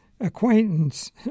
acquaintance